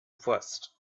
first